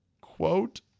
quote